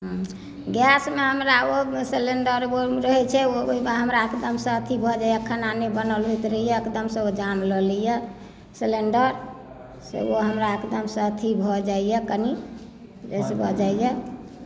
gas मे हमरा ओ सिलेंडर रहै छै ओहिमे हमरा एकदमसँ अथी भऽ जाइया खाना नहि बनायल होइत रहैया एकदमसँ ओ जान लऽ लै यऽ सिलेंडर से ओ हमरा एकदम सँ अथी भऽ जाइया कनी गैस भऽ जाइया